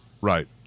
Right